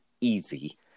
easy